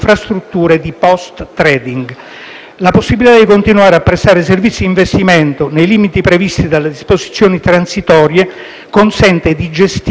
La possibilità di continuare a prestare servizi di investimento - nei limiti previsti dalle disposizioni transitorie - consente di gestire le potenziali ricadute